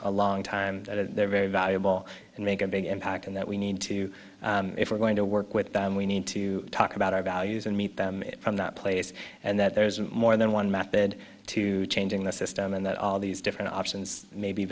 a long time that they're very valuable and make a big impact and that we need to if we're going to work with them we need to talk about our values and meet them from that place and that there isn't more than one method to changing the system and that all of these different options may be